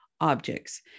objects